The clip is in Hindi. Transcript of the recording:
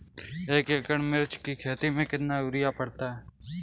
एक एकड़ मिर्च की खेती में कितना यूरिया पड़ता है?